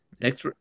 next